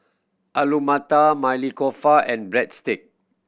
Alu Matar Maili Kofta and Breadstick